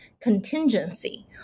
contingency